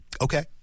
Okay